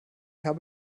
habe